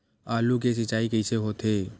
आलू के सिंचाई कइसे होथे?